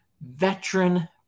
Veteran